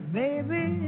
baby